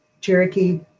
Cherokee